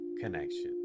connection